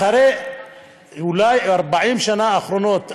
אחרי אולי 40 השנה האחרונות,